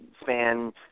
span